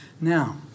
now